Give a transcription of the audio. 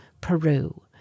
Peru